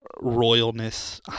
royalness